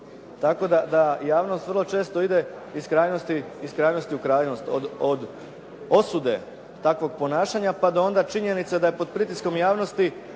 tako da javnost vrlo često ide iz krajnosti u krajnost od osude takvog ponašanja pa do onda činjenice da je pod pritiskom javnosti